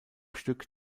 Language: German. stück